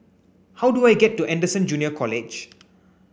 how do I get to Anderson Junior College